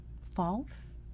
false